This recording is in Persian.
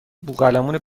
بوقلمون